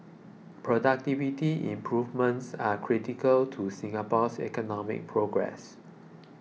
productivity improvements are critical to Singapore's economic progress